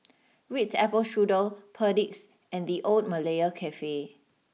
Ritz Apple Strudel Perdix and the Old Malaya Cafe